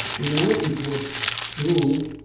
in a way it was true,